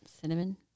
Cinnamon